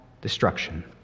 destruction